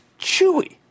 Chewy